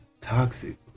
Toxic